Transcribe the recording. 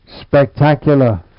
spectacular